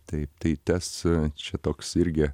taip tai tas a čia toks irgi